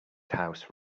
house